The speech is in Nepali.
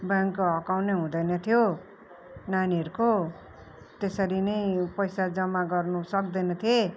ब्याङ्कको अकाउन्ट नै हुदैन थियो नानीहरूको त्यसरी नै पैसा जम्मा गर्नु सक्दैनथे